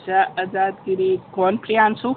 अच्छा आज़ाद गिरी कौन प्रियांशु